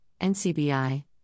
NCBI